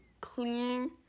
clean